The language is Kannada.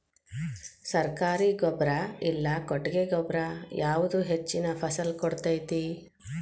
ಸರ್ಕಾರಿ ಗೊಬ್ಬರ ಇಲ್ಲಾ ಕೊಟ್ಟಿಗೆ ಗೊಬ್ಬರ ಯಾವುದು ಹೆಚ್ಚಿನ ಫಸಲ್ ಕೊಡತೈತಿ?